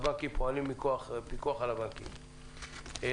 הבנקים פעלים מכוח הפיקוח על הבנקים - לדחות,